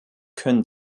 können